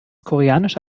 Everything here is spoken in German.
koreanische